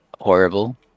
horrible